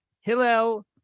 Hillel